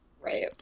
Right